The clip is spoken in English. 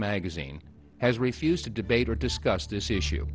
magazine has refused to debate or discuss this issue